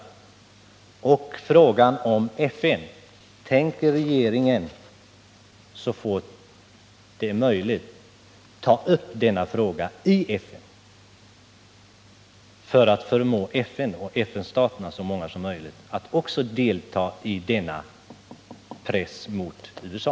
När det gäller FN vill jag fråga: Tänker regeringen så fort det är möjligt ta upp frågan i FN för att förmå FN och så många av FN-staterna som möjligt att också delta i denna press mot USA?